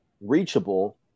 reachable